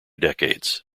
decades